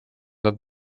nad